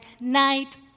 night